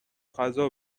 غذا